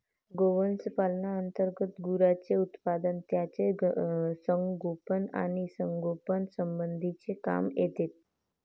गोवंश पालना अंतर्गत गुरांचे उत्पादन, त्यांचे संगोपन आणि संगोपन यासंबंधीचे काम येते